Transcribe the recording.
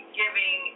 giving